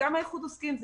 גם איחוד העוסקים,